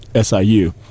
siu